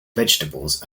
vegetables